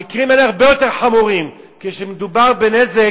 המקרים האלה הרבה יותר חמורים, כשמדובר בנזק